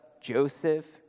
Joseph